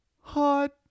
Hot